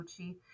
Gucci